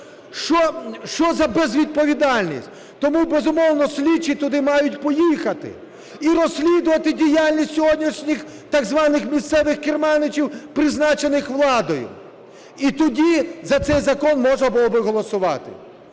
Що за безвідповідальність? Тому, безумовно, слідчі туди мають поїхати і розслідувати діяльність сьогоднішніх так званих місцевих керманичів, призначених владою. І тоді за цей закон можна було би голосувати.